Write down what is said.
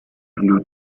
new